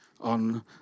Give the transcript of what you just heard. on